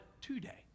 today